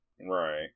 Right